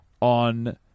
on